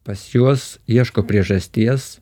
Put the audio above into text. pas juos ieško priežasties